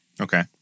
Okay